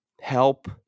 help